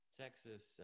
texas